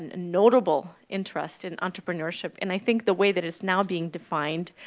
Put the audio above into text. and notable interest in entrepreneurship, and i think the way that it's now being defined